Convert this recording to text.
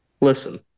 Listen